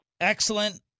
Excellent